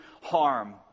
harm